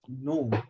no